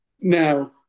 Now